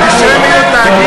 בטוח.